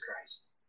Christ